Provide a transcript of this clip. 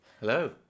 Hello